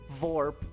vorp